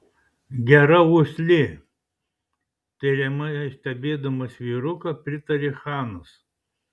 gera uoslė tiriamai stebėdamas vyruką pritarė chanas